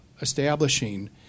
establishing